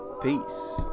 Peace